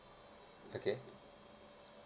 okay